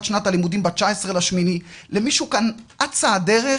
שנת הלימודים ב-19 באוגוסט למישהו כאן אצה הדרך?